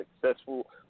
successful